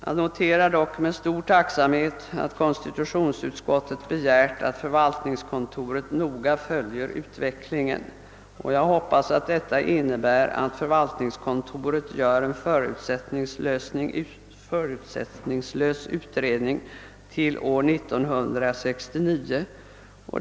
Jag noterar dock med stor tacksamhet att konstitutionsutskottet begärt att förvaltningskontoret noga skall följa utvecklingen, och jag hoppas att detta innebär att förvaltningskontoret gör en förutsättningslös utredning till år 1969.